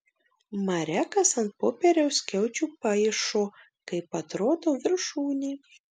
marekas ant popieriaus skiaučių paišo kaip atrodo viršūnė